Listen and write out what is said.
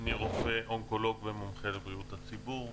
אני רופא אונקולוג ומומחה לבריאות הציבור.